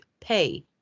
Pay